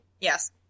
yes